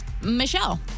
Michelle